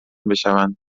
بشوند